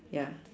ya